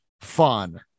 fun